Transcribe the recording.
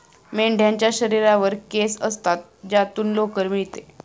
मेंढ्यांच्या शरीरावर केस असतात ज्यातून लोकर मिळते